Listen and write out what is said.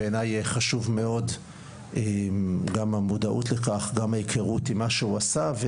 בעיניי חשוב מאוד גם המודעות לכך גם ההיכרות עם מה שהוא עשה,